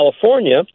California